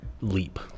leap